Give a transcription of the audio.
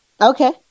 okay